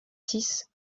six